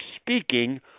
speaking